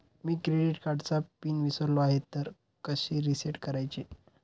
मी credit कार्डचा pin विसरलो आहे तर कसे रीसेट करायचे?